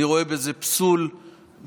אני רואה בזה פסול מוחלט.